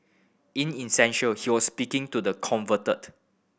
in essential he was speaking to the converted